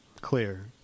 clear